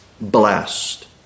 blessed